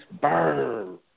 Burn